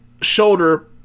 shoulder